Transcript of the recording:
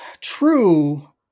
True